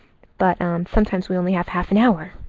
but sometimes we only have half an hour.